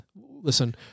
listen